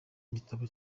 igitabo